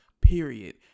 period